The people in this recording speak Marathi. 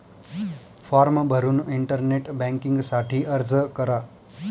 फॉर्म भरून इंटरनेट बँकिंग साठी अर्ज करा